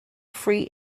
free